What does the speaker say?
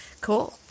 Cool